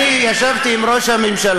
אני ישבתי עם ראש הממשלה,